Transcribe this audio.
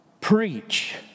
preach